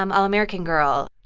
um all-american girl?